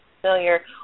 familiar